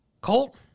Colt